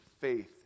faith